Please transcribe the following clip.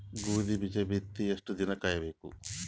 ಗೋಧಿ ಬೀಜ ಬಿತ್ತಿ ಎಷ್ಟು ದಿನ ಕಾಯಿಬೇಕು?